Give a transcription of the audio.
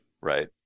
Right